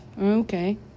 okay